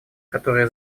которые